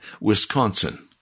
Wisconsin